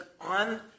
on